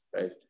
right